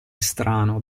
strano